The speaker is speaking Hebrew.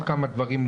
יכול להיות שיש לה